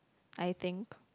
I think